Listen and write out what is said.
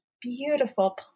beautiful